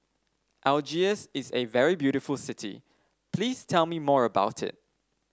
Algiers is a very beautiful city please tell me more about it